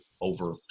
over